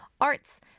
Arts